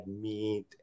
meat